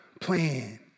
plan